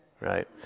right